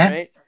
Right